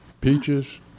peaches